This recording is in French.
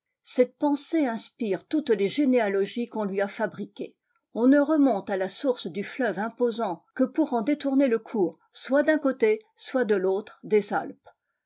cette pensée inspire toutes les généalogies qu'on lui a fabriquées on ne remonte à la source du fleuve imposant que pour en détourner le cours soit d'un côté soit de l'autre des alpes